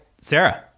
Sarah